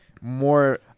More